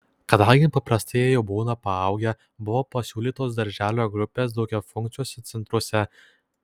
kadangi paprastai jie jau būna paaugę buvo pasiūlytos darželio grupės daugiafunkciuose centruose